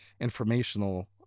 informational